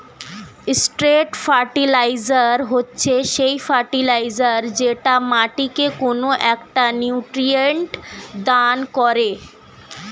straight fertiliser হচ্ছে সেই fertiliser যেটা মাটিকে কোনো একটা নিউট্রিয়েন্ট দান করে